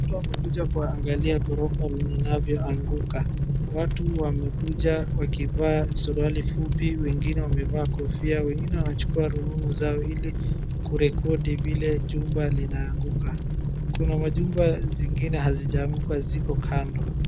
Watu wamekuja kuangalia ghorofa lilinavyoanguka. Watu wamekuja wakivaa suruali fupi, wengine wamevaa kofia, wengine wanachukua rununu zao ili kurekodi vile jumba linaanguka. Kuna majumba zingine hazijaanguka ziko kando.